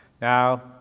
Now